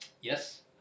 Yes